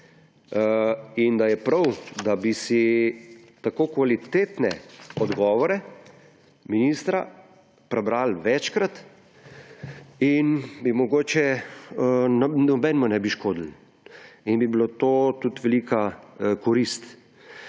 in da je prav, da bi si tako kvalitetne odgovore ministra prebrali večkrat in bi mogoče – nobenemu ne bi škodilo – in bi bila to tudi velika korist.